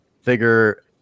Figure